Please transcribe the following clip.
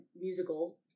musical